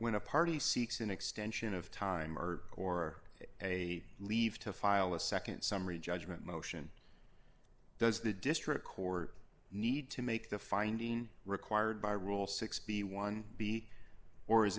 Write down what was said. when a party seeks an extension of time or or a leave to file a nd summary judgment motion does the district court need to make the finding required by rule six b one b or is